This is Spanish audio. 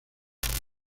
unidos